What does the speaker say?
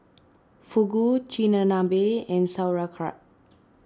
Fugu Chigenabe and Sauerkraut